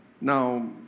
Now